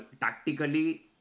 Tactically